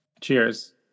cheers